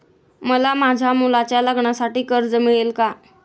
मला माझ्या मुलाच्या लग्नासाठी कर्ज मिळेल का?